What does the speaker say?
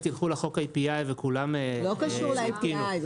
יילכו לחוק API וכולם --- לא קשור ל-API,